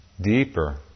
deeper